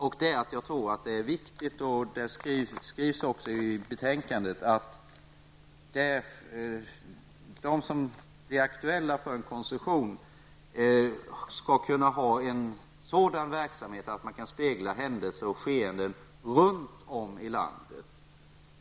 Jag tror nämligen att det är viktigt att, vilket också skrivs i betänkandet, de som blir aktuella för koncession skall kunna ha en sådan verksamhet att man kan spegla händelser och skeenden runt om i landet.